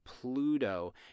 Pluto